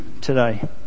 today